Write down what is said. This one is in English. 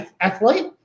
athlete